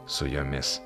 su jomis